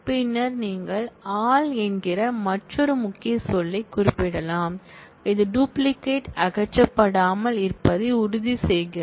பின்னர் நீங்கள் all என்கிற மற்றொரு முக்கிய சொல்லைக் குறிப்பிடலாம் இது டூப்ளிகேட் அகற்றப்படாமல் இருப்பதை உறுதி செய்கிறது